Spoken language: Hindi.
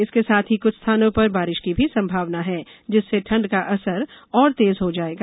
इसके साथ ही कुछ स्थानों पर बारिश की भी संभावना है जिससे ठंड का असर ओर तेज हो जाएगा